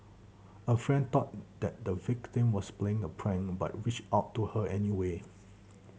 a friend thought that the victim was playing a prank but reached out to her anyway